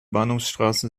bahnhofsstraße